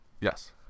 Yes